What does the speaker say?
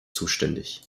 zuständig